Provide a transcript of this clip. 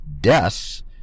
deaths